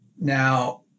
Now